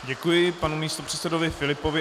Děkuji panu místopředsedovi Filipovi.